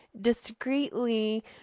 discreetly